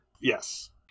Yes